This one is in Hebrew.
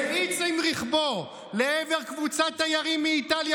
האיץ עם רכבו לעבר קבוצת תיירים מאיטליה